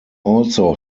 also